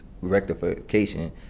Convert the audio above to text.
rectification